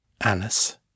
Alice